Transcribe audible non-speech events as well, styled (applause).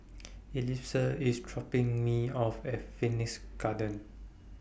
(noise) Elissa IS dropping Me off At Phoenix Garden